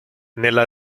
nella